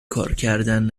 کارکردن